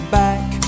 back